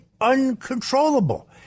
uncontrollable